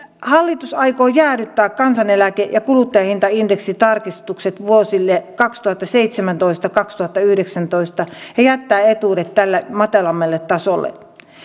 hallitus aikoo jäädyttää kansaneläke ja kuluttajahintaindeksitarkistukset vuosille kaksituhattaseitsemäntoista viiva kaksituhattayhdeksäntoista ja jättää etuudet tälle matalammalle tasolle